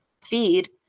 feed